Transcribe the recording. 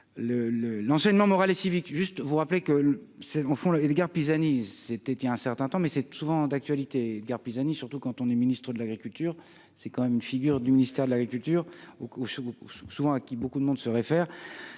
l'enseignement moral et civique juste vous rappeler que c'est en fond Edgar Pisani, c'était un certain temps mais c'est souvent d'actualité, Edgar Pisani, surtout quand on est ministre de l'Agriculture, c'est quand même une figure du ministère de l'Agriculture au couche souvent à qui beaucoup de monde se réfère